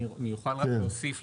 אני אוכל רק להוסיף,